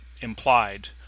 implied